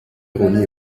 remis